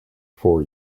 four